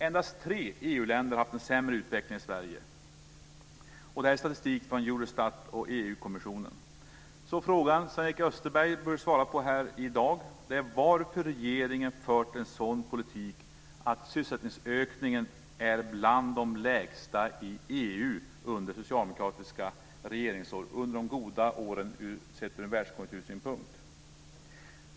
Endast tre EU-länder har haft en sämre utveckling än Sverige. Det här är statistik från Eurostat och EU Frågan som Sven-Erik Österberg bör svara på här i dag är varför regeringen fört en sådan politik att sysselsättningsökningen är bland de lägsta i EU under de socialdemokratiska regeringsåren, under de goda åren sett ur världskonjunktursynpunkt.